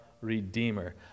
Redeemer